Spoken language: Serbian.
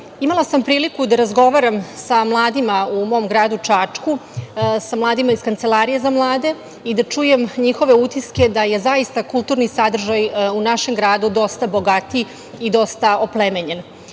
Imala sam priliku da razgovaram sa mladima u mom gradu Čačku, sa mladima iz Kancelarije za mlade i da čujem njihove utiske da je zaista kulturni sadržaj u našem gradu dosta bogatiji i dosta oplemenjen. Takođe